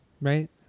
right